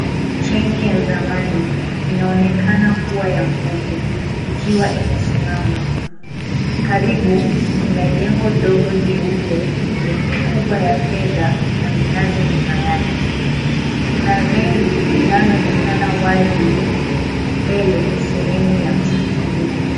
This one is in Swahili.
Treni ya zamani inaonekana kuwa ya mvuke ikiwa imesimama, karibu kuna jengo dogo jeupe lenye kuba ya fedha na minazi nyuma yake kuna reli inayoonekana wazi mbele sehemu ya msikiti huo.